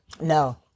No